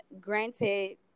granted